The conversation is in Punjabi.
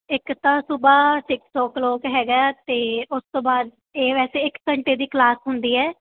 ਇੱਕ ਤਾਂ ਸੂਬਹਾ ਸਿਕਸ ਓ ਕਲੋਕ ਹੈਗਾ ਹੈ ਅਤੇ ਉਸ ਤੋਂ ਬਾਅਦ ਇਹ ਵੈਸੇ ਇੱਕ ਘੰਟੇ ਦੀ ਕਲਾਸ ਹੁੰਦੀ ਹੈ